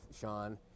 Sean